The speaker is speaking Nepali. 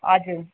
हजुर